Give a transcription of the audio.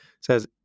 says